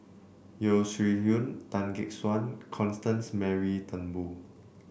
Yeo Shih Yun Tan Gek Suan Constance Mary Turnbull